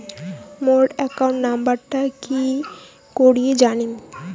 মোর account নাম্বারটা কি করি জানিম?